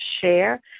share